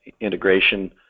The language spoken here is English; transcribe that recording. integration